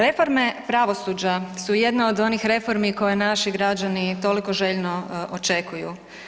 Reforme pravosuđa su jedne od onih reformi koje naši građani toliko željno očekuju.